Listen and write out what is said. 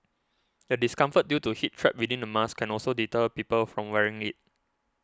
the discomfort due to heat trapped within the mask can also deter people from wearing it